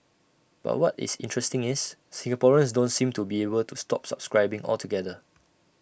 but what is interesting is Singaporeans don't seem to be able to stop subscribing altogether